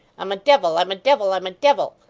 i'm a devil i'm a devil i'm a devil,